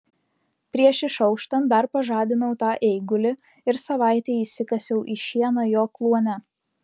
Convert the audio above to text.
prieš išauštant dar pažadinau tą eigulį ir savaitei įsikasiau į šieną jo kluone